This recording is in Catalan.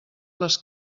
les